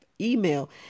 email